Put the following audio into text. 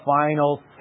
final